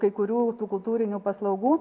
kai kurių tų kultūrinių paslaugų